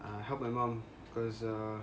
help my mum because uh